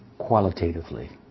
qualitatively